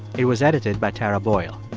it was edited by tara boyle.